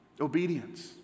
Obedience